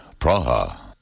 Praha